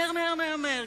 מהר מהר מהר מהר,